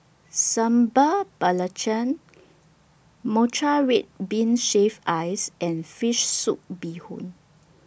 Sambal Belacan Matcha Red Bean Shaved Ice and Fish Soup Bee Hoon